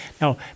Now